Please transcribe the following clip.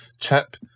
chip